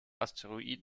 asteroid